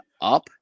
up